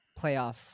playoff